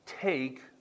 take